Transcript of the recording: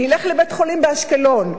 נלך לבית-חולים באשקלון.